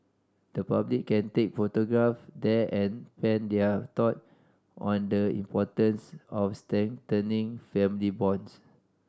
the public can take photograph there and pen their thought on the importance of strengthening family bonds